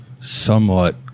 somewhat